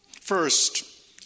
First